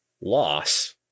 loss